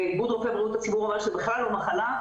איגוד רופאי בריאות הציבור אומר שזו בכלל לא מחלה.